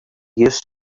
used